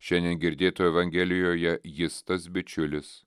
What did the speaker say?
šiandien girdėtoje evangelijoje jis tas bičiulis